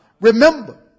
Remember